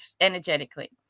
energetically